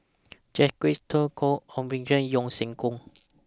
Jacques De Coutre Chua Ek Kay and Yeo Siak Goon